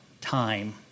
time